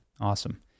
Awesome